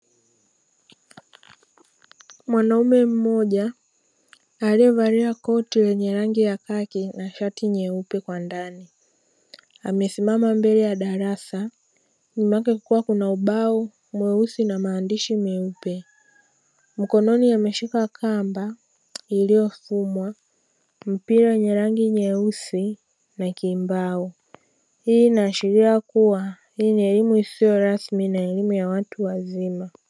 Mwanaume mmoja aliyevalia koti lenye rangi ya khaki na shati nyeupe kwa ndani amesimama mbele ya darasa kunapokuwa kuna ubao mweusi na maandishi meupe, mkononi ameshika kamba iliyofumwa mpira wenye rangi nyeusi na kimbau, hii inaashiria hii ni elimu isiyo rasmi na elimu ya watu wazima.